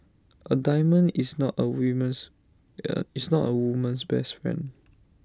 A diamond is not A woman's is not A woman's best friend